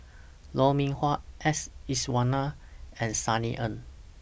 Lou Mee Wah S Iswaran and Sunny Ang